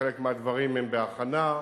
וחלק מהדברים הם בהכנה.